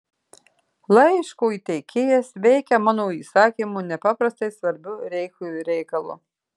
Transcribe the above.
laiško įteikėjas veikia mano įsakymu nepaprastai svarbiu reichui reikalu